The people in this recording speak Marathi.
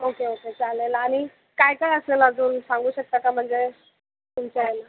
ओके ओके चालेल आणि काय काय असेल अजून सांगू शकता का म्हणजे तुमच्या यांना